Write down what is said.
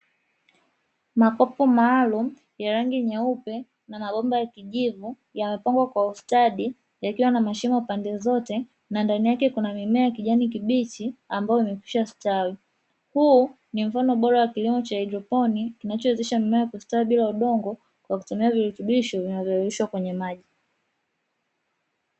Makopo maalumu ya rangi nyeupe na mabomba ya kijivu yamepangwa kwa ustadi yakiwa na mashimo pande zote na ndani yake kuna mimea ya kijani kibichi ambayo yamekwisha stawi, huu ni mfano wa kilimo cha haidroponi kinachowezesha mimea kustawi bila udongo kwa kutumia virutubisho vinavyozalishwa kwenye maji.